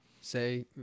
say